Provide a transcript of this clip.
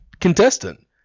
contestant